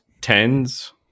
tens